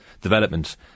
development